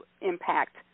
impact